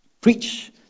preach